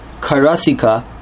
karasika